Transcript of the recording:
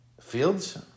Fields